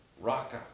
raka